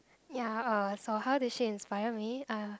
ya uh so how did she inspire me uh